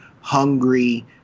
hungry